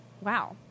Wow